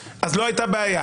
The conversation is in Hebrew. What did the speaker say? אז לא הייתה בעיה.